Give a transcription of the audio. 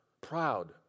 proud